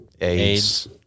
AIDS